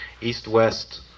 east-west